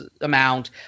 amount